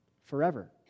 forever